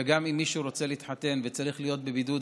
וגם אם מישהו רוצה להתחתן וצריך להיות בבידוד,